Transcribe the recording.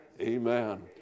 Amen